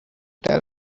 tell